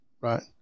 Right